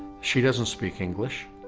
she doesn't speak english,